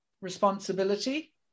responsibility